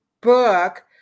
book